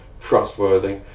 trustworthy